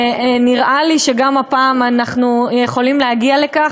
ונראה לי שגם הפעם אנחנו יכולים להגיע לכך.